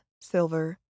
silver